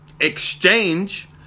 exchange